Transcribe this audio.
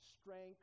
strength